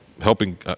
helping